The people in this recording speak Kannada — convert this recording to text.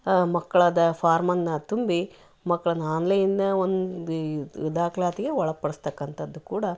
ಆ ಮಕ್ಕಳದ್ದು ಫಾರ್ಮ್ ಅನ್ನ ತುಂಬಿ ಮಕ್ಕಳನ್ನ ಆನ್ಲೈನ್ ಒಂದು ದಾಖಲಾತಿಗೆ ಒಳಪಡಿಸ್ತಕ್ಕಂಥದ್ದು ಕೂಡ